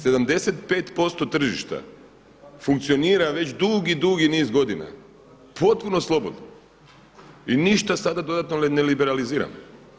75% tržišta funkcionira već dugi, dugi niz godina potpuno slobodno i ništa sada dodatno ne liberaliziramo.